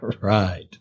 Right